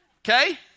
Okay